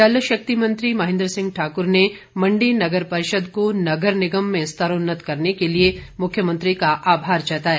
जल शक्ति मंत्री महेन्द्र सिंह ठाकुर ने मण्डी नगर परिषद को नगर निगम में स्तरोन्नत करने के लिए मुख्यमंत्री का आभार जताया